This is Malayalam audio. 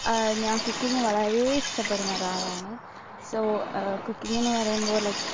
ഞാൻ കുക്കിങ് വളരെ ഇഷ്ട്ടപ്പെടുന്ന ഒരാളാണ് സോ കുക്കിങ്ങ്ന്ന് പറയുമ്പോൾ ലൈക്